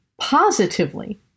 positively